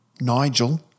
Nigel